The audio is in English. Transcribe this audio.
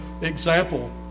example